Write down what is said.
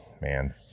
man